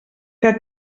que